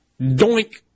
doink